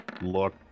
look